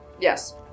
yes